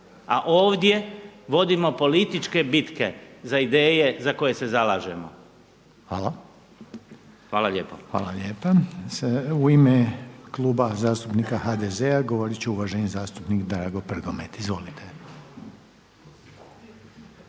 A ovdje vodimo političke bitke za ideje za koje se zalažemo. Hvala lijepo. **Reiner, Željko (HDZ)** Hvala lijepo. U ime Kluba zastupnika HDZ-a govorit će uvaženi zastupnik Drago Prgomet. Izvolite.